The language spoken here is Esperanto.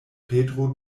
petro